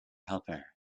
helper